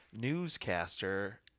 newscaster